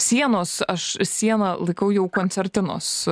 sienos aš siena laikau jau koncertinos